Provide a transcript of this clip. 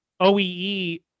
oee